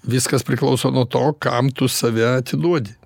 viskas priklauso nuo to kam tu save atiduodi